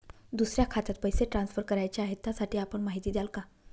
दुसऱ्या खात्यात पैसे ट्रान्सफर करायचे आहेत, त्यासाठी आपण माहिती द्याल का?